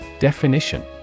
Definition